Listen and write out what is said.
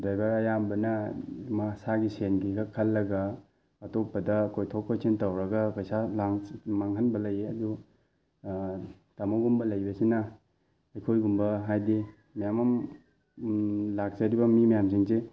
driver ꯑꯌꯥꯝꯕꯅ ꯃꯁꯥꯒꯤ ꯁꯦꯟꯒꯤ ꯈꯛ ꯈꯜꯂꯒ ꯑꯇꯣꯞꯄꯗ ꯀꯣꯏꯊꯣꯛ ꯀꯣꯏꯁꯤꯟ ꯇꯧꯔꯒ ꯄꯩꯁꯥ ꯂꯥꯡ ꯃꯥꯡꯍꯟꯕ ꯂꯩꯌꯦ ꯑꯗꯨ ꯇꯥꯃꯣꯒꯨꯝꯕ ꯂꯩꯕꯁꯤꯅ ꯑꯩꯈꯣꯏꯒꯨꯝꯕ ꯍꯥꯏꯗꯤ ꯃꯌꯥꯝ ꯑꯝ ꯂꯥꯛꯆꯔꯤꯕ ꯃꯤ ꯃꯌꯥꯝꯁꯤꯡꯁꯦ